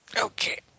Okay